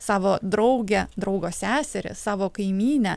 savo draugę draugo seserį savo kaimynę